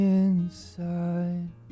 inside